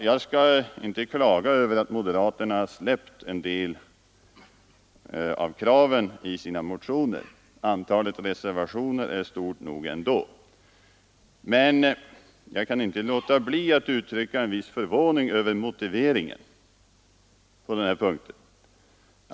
Jag skall inte klaga över att moderaterna har släppt en del av kraven i sina motioner — antalet reservationer är stort nog ändå — men jag kan inte låta bli att uttrycka en viss förvåning över motiveringen på den här punkten.